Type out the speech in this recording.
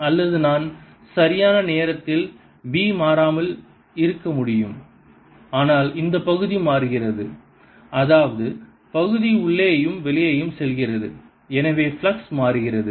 அல்லது நான் சரியான நேரத்தில் B மாறாமல் இருக்க முடியும் ஆனால் இந்த பகுதி மாறுகிறது அதாவது பகுதி உள்ளேயும் வெளியேயும் செல்கிறது எனவே ஃப்ளக்ஸ் மாறுகிறது